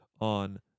on